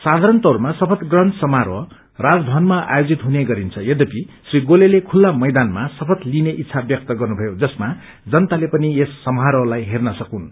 साधारण तौरमा शपथ ग्रहण समारोह राजमवनमा आयोजित हुने गरिन्छ यद्यपि श्री गोलेले खुत्ला मैदानमा शपय लिइने इच्छा व्यक्त गर्नुभयो जसमा जनताले पनि यस समारोहलाई हेर्न सकून्